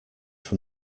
from